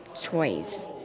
choice